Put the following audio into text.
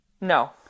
no